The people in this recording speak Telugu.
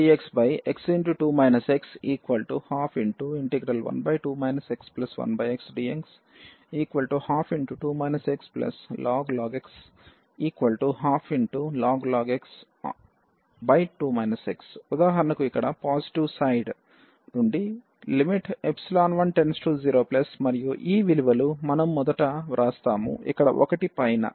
dxx2 x12∫12 x1xdx12 ln x 12ln x2 x ఉదాహరణకు ఇక్కడ పాజిటివ్ సైడ్ నుండి 10 మరియు ఈ విలువలు మనం మొదట వ్రాస్తాము ఇక్కడ 1 పైన